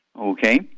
Okay